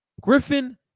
Griffin